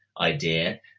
idea